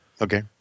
Okay